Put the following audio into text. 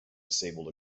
disabled